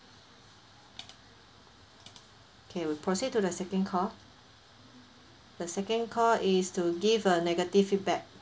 okay we proceed to the second call the second call is to give a negative feedback